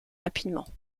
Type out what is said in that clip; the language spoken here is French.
rapidement